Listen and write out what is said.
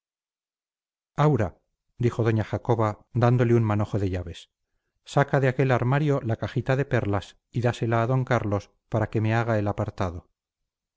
aura dijo doña jacoba dándole un manojo de llaves saca de aquel armario la cajita de perlas y dásela a d carlos para que me haga el apartado